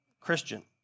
Christian